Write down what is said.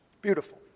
Beautiful